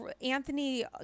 Anthony